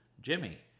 Jimmy